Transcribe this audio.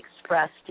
expressed